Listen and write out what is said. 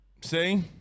See